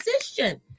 position